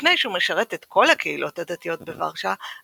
מפני שהוא משרת את כל הקהילות הדתיות בוורשה,